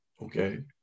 Okay